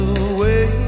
away